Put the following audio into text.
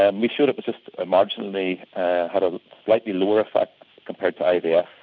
and we showed it just marginally had a slightly lower effect compared to ivf. yeah